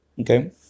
Okay